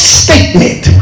statement